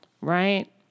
right